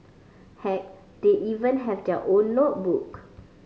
heck they even have their own notebook